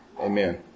Amen